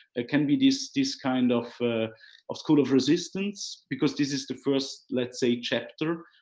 ah can be this this kind of of school of resistance. because this is the first, let's say chapter,